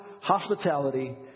hospitality